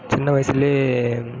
சின்ன வயசுலேயே